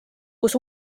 kus